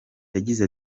yagize